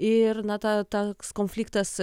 ir na ta tas konfliktas